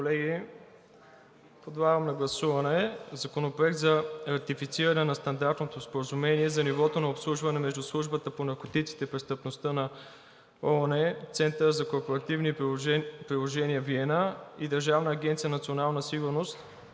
Колеги, подлагам на гласуване Законопроект за ратифициране на Стандартното споразумение за нивото на обслужване между Службата по наркотиците и престъпността на ООН (UNODC), Центъра за корпоративни приложения – Виена (EAC-VN), и Държавна агенция „Национална сигурност“